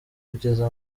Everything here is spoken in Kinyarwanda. kugeza